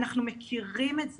אנחנו מכירים את זה.